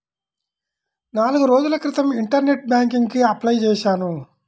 నాల్గు రోజుల క్రితం ఇంటర్నెట్ బ్యేంకింగ్ కి అప్లై చేశాను